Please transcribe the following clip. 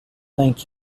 thank